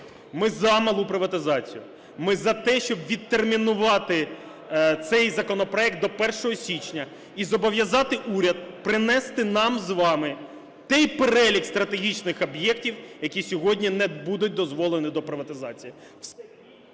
Ми за малу приватизацію, ми за те, щоб відтермінувати цей законопроект до 1 січня і зобов'язати уряд принести нам з вами той перелік стратегічних об'єктів, які сьогодні не будуть дозволені до приватизації.